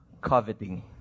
coveting